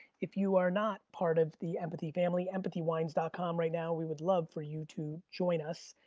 if you are not part of the empathy family, empathywines dot com right now, we would love for you to join us.